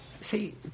See